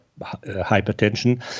hypertension